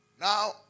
Now